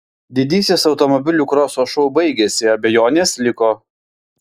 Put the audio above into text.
didysis automobilių kroso šou baigėsi abejonės liko